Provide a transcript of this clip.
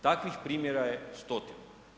Takvih primjera je stotinu.